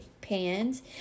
pans